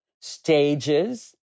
stages